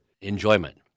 enjoyment